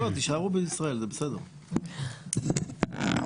עד כאן,